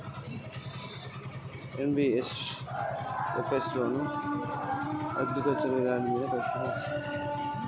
వ్యవసాయం భూమ్మీద NBFS loan ఇస్తదా?